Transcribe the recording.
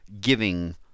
giving